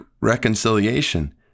reconciliation